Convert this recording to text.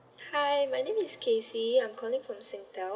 hi my name is casey I'm calling from Singtel